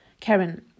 Karen